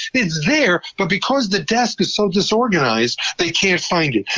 it's there, but because the desk is so disorganized, they can't find it.